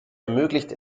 ermöglicht